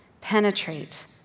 penetrate